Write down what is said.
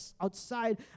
outside